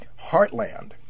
heartland